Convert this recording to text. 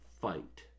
fight